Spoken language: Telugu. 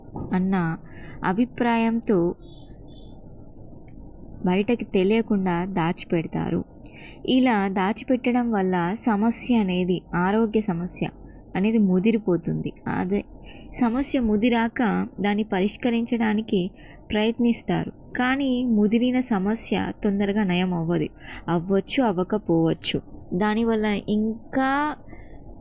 అన్న అభిప్రాయంతో బయటకు తెలియకుండా దాచిపెడతారు ఇలా దాచిపెట్టడం వల్ల సమస్య అనేది ఆరోగ్య సమస్య అనేది ముదిరిపోతోంది అదే సమస్య ముదిరాక దాన్ని పరిష్కరించడానికి ప్రయత్నిస్తారు కానీ ముదిరిన సమస్య తొందరగా నయం అవ్వదు అవ్వచ్చు అవ్వకపోవచ్చు దానివల్ల ఇంకా